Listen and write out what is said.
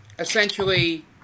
Essentially